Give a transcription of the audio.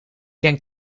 denk